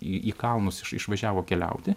į kalnus išvažiavo keliauti